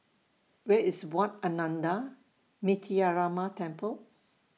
Where IS Wat Ananda Metyarama Temple